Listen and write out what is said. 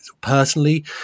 personally